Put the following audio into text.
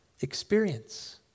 experience